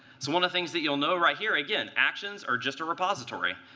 so one of the things that you'll know right here again, actions are just a repository.